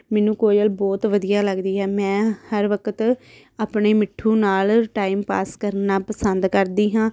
ਮੈਨੂੰ ਕੋਇਲ ਬਹੁਤ ਵਧੀਆ ਲੱਗਦੀ ਹੈ ਮੈਂ ਹਰ ਵਕਤ ਆਪਣੇ ਮਿੱਠੂ ਨਾਲ ਟਾਈਮ ਪਾਸ ਕਰਨਾ ਪਸੰਦ ਕਰਦੀ ਹਾਂ